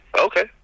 okay